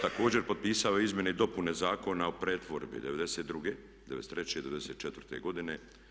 Također potpisao je Izmjene i dopune Zakona o pretvorbi '92.,'93. i '94. godine.